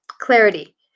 Clarity